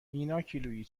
ایناکیلویی